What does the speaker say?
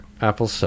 Apple